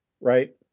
right